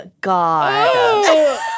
God